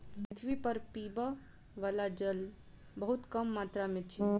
पृथ्वी पर पीबअ बला जल बहुत कम मात्रा में अछि